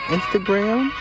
Instagram